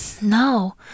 No